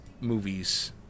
movies